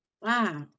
Wow